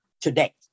today